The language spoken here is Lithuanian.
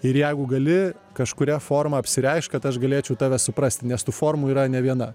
ir jeigu gali kažkuria forma apsireikš kad aš galėčiau tave suprasti nes tų formų yra ne viena